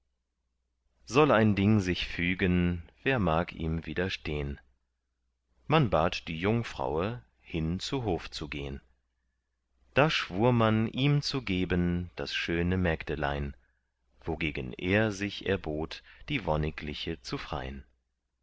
soll ein ding sich fügen wer mag ihm widerstehn man bat die jungfraue hin zu hof zu gehn da schwur man ihm zu geben das schöne mägdelein wogegen er sich erbot die wonnigliche zu frein